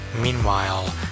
meanwhile